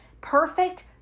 Perfect